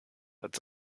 als